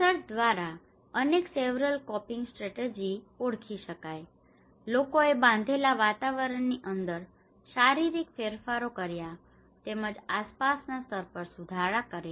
research દ્વારા અનેક several coping strategy ઓ ઓળખી શકાઈ લોકોએ બાંધેલા વાતાવરણની અંદર શારીરિક ફેરફારો કર્યા તેમજ આસપાસના સ્તર પર સુધારણા કરી